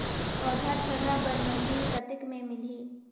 पौधा थरहा बर मशीन कतेक मे मिलही?